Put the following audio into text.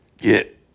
get